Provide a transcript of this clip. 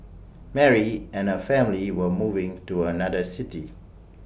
Mary and her family were moving to another city